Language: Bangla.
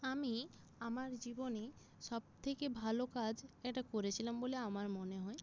আমি আমার জীবনে সব থেকে ভালো কাজ একটা করেছিলাম বলে আমার মনে হয়